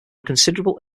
considerable